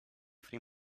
three